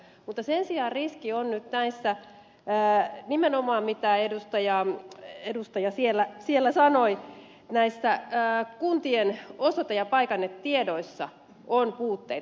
mutta sen sijaan riski on nyt nimenomaan siinä mistä edustaja sanoi että kuntien osoite ja paikannetiedoissa on puutteita